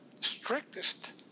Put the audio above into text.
strictest